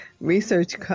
Research